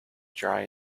dry